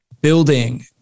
building